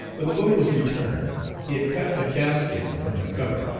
when the book was returned he had cut the calfskin from the cover,